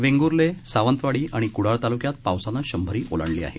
वेंग्ले सावंतवाडी आणि क्डाळ ताल्क्यात पावसानं शंभरी ओलांडली आहे